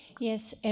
Yes